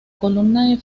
columna